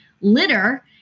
litter